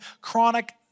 chronic